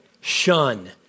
shun